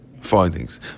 findings